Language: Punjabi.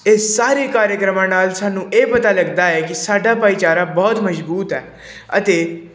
ਇਹ ਸਾਰੇ ਕਾਰਿਕ੍ਰਮਾਂ ਨਾਲ ਸਾਨੂੰ ਇਹ ਪਤਾ ਲੱਗਦਾ ਹੈ ਕਿ ਸਾਡਾ ਭਾਈਚਾਰਾ ਬਹੁਤ ਮਜ਼ਬੂਤ ਹੈ ਅਤੇ